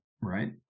right